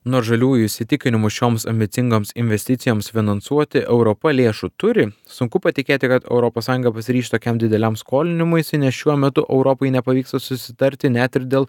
nors žaliųjų įsitikinimu šioms ambicingoms investicijoms finansuoti europa lėšų turi sunku patikėti kad europos sąjunga pasiryš tokiam dideliam skolinimuisi nes šiuo metu europai nepavyksta susitarti net ir dėl